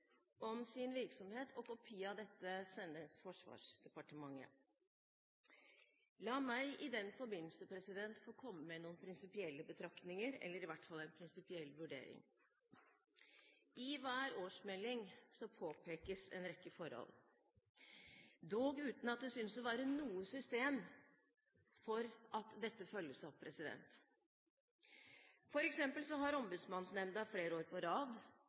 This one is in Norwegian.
om sin virksomhet. Kopi av dette sendes Forsvarsdepartementet. La meg i den forbindelse få komme med noen prinsipielle betraktninger – eller i hvert fall en prinsipiell vurdering. I hver årsmelding påpekes en rekke forhold, dog uten at det synes å være noe system for at dette følges opp. For eksempel har Ombudsmannsnemnda flere år på rad